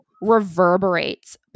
Reverberates